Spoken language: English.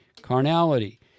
Carnality